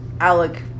Alec